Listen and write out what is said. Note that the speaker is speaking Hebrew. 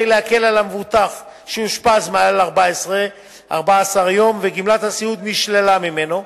וכדי להקל על המבוטח שאושפז מעל 14 יום וגמלת הסיעוד נשללה ממנו,